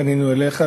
כשפנינו אליך.